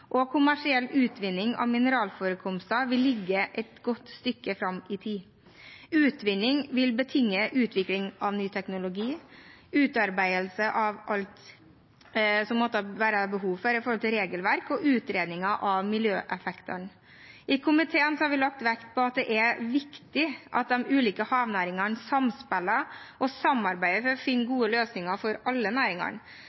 og kommersiell utvinning av mineralforekomster vil ligge et godt stykke fram i tid. Utvinning vil betinge utvikling av ny teknologi, utarbeidelse av alt det måtte være behov for med tanke på regelverk, og utredninger av miljøeffektene. I komiteen har vi lagt vekt på at det er viktig at de ulike havnæringene samspiller og samarbeider for å finne